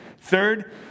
Third